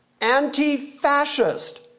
Anti-fascist